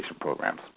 programs